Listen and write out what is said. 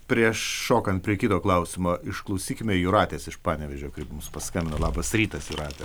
prieš šokant prie kito klausimo išklausykime jūratės iš panevėžio kaip mums paskambino labas rytas jūrate